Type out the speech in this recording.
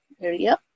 area